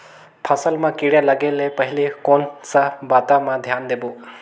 फसल मां किड़ा लगे ले पहले कोन सा बाता मां धियान देबो?